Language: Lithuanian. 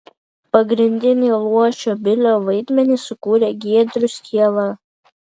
pagrindinį luošio bilio vaidmenį sukūrė giedrius kiela